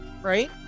right